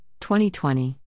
2020